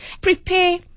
prepare